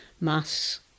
mass